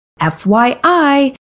FYI